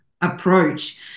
approach